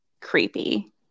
creepy